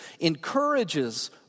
encourages